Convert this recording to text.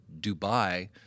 Dubai